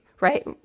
right